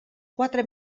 quatre